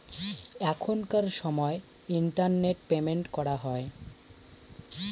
এখনকার সময় internet payment করা হয়